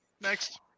Next